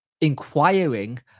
inquiring